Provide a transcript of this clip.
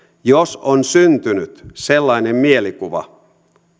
jos on syntynyt sellainen mielikuva